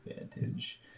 advantage